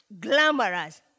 glamorous